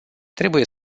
trebuie